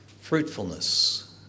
Fruitfulness